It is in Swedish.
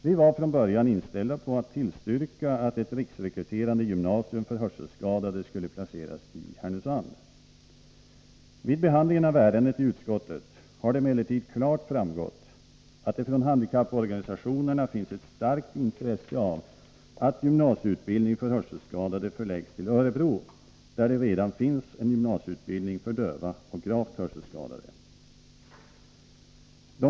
Vi var från början inställda på att tillstyrka att ett riksrekryterande gymnasium för hörselskadade skulle placeras i Härnösand. Vid behandlingen av ärendet i utskottet har det emellertid klart framgått att det från handikapporganisationerna finns ett starkt intresse av att en gymnasieutbildning för hörselskadade förläggs till Örebro, där det redan finns en gymnasieutbildning för döva och gravt hörselskadade.